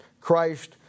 Christ